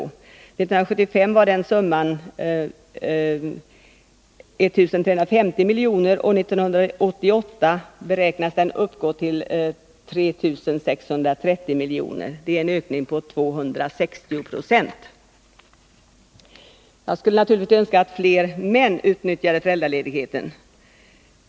År 1975 var summan 1350 milj.kr., och 1980 beräknas den uppgå till 3 630 milj.kr. Det är en ökning med 260 90. Jag skulle naturligtvis önska att fler män utnyttjade möjligheten till föräldraledighet.